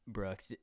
Brooks